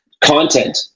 content